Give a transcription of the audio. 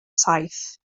saith